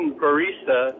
barista